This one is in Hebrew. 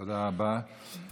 תודה רבה.